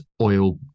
oil